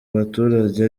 baturage